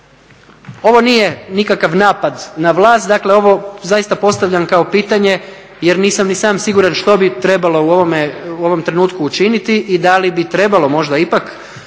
Ovo nije nikakav napad na vlast, dakle ovo zaista postavljam kao pitanje jer nisam ni sam siguran što bi trebalo u ovom trenutku učiniti i da li bi trebalo možda ipak